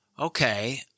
Okay